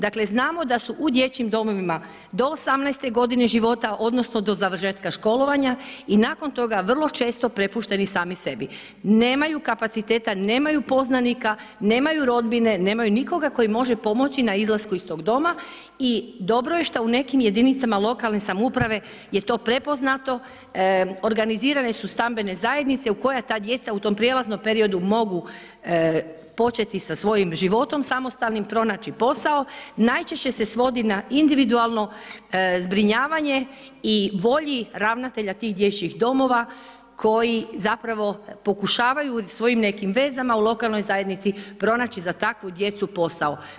Dakle, znamo da su u dječjim domovima do 18 godine života odnosno do završetka školovanja i nakon toga vrlo često prepušteni sami sebi, nemaju kapaciteta, nemaju poznanika, nemaju rodbine, nemaju nikoga tko im može pomoći na izlasku iz tog doma i dobro je šta u nekim jedinicama lokalne samouprave je to prepoznato, organizirane su stambene zajednice u kojima ta djeca u tom prijelaznom periodu mogu početi sa svojim životom, samostalnim pronaći posao, najčešće se svodi na individualno zbrinjavanje i volji ravnatelja tih dječjih domova koji zapravo pokušavaju svojim nekim vezama u lokalnoj zajednici pronaći za takvu djecu posao.